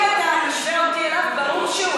אם אתה משווה אותי אליו אז ברור שהוא,